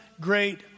great